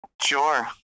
Sure